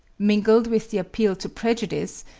mingled with the appeal to prejudice,